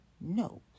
No